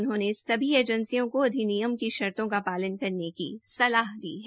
उन्होंने सभी एजेंसियों को अधिनियम की शर्तो का पालन करने की सलाह दी है